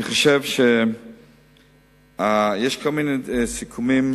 יש כל מיני סיכומים